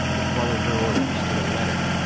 you' ll follow her orders to the letter.